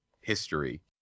history